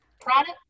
product